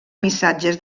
missatges